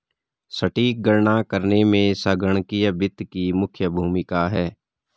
सटीक गणना करने में संगणकीय वित्त की मुख्य भूमिका है